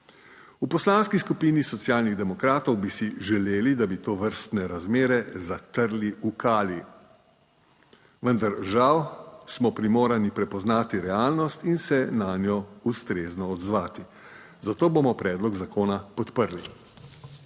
V Poslanski skupini Socialnih demokratov bi si želeli, da bi tovrstne razmere zatrli v kali. Vendar žal smo primorani prepoznati realnost in se nanjo ustrezno odzvati, zato bomo predlog zakona podprli.